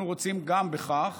גם אנחנו רוצים בכך.